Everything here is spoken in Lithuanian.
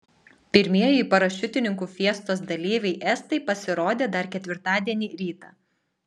pirmieji parašiutininkų fiestos dalyviai estai pasirodė dar ketvirtadienį rytą